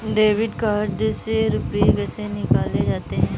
Debit card से रुपये कैसे निकाले जाते हैं?